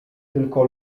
tylko